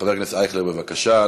חבר הכנסת אייכלר, בבקשה.